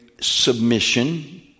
submission